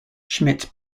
schmidt